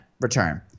return